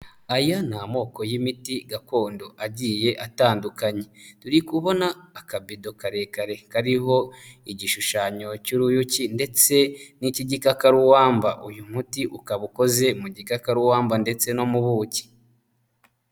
Aya ni amoko y'imiti gakondo agiye atandukanye, turi kubona akabido karekare kariho igishushanyo cy'uruyuki ndetse n'icyi gikakaruwamba uyu muti ukaba ukoze mu gikakaruwamba ndetse no mubuki.